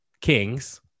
kings